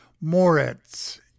Moritz